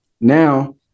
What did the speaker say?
Now